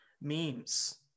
memes